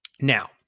Now